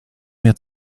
mir